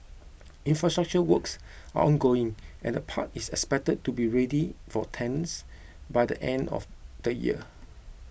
infrastructure works are ongoing and the park is expected to be ready for tenants by the end of the year